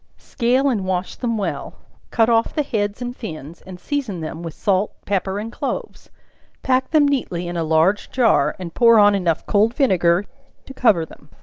scale and wash them well cut off the heads and fins, and season them with salt, pepper and cloves pack them neatly in a large jar, and pour on enough cold vinegar to cover them